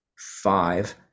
five